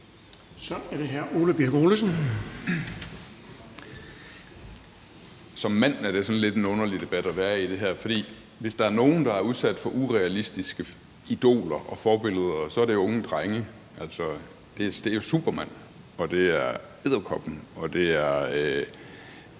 Som mand er det sådan en lidt underlig debat at være i, fordi hvis der er nogen, der er udsat for urealistiske idoler og forbilleder, så er det unge drenge. Det er jo Superman, og det er Edderkoppen, og det er